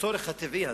לצורך הטבעי הזה.